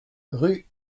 rue